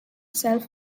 self